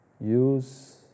use